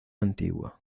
antigua